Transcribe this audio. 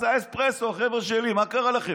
זה האספרסו, החבר'ה שלי, מה קרה לכם?